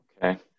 Okay